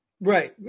Right